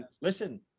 listen